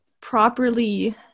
properly